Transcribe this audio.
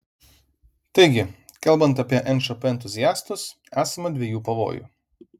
taigi kalbant apie nšp entuziastus esama dviejų pavojų